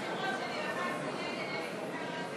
כבוד היושב-ראש.